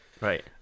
Right